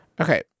Okay